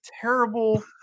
terrible